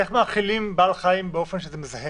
איך מאכילים בעל חיים באופן שזה מזהם?